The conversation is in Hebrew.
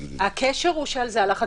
הקשר הוא שהלך הכסף,